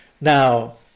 Now